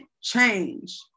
change